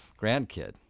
grandkid